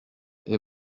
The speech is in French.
est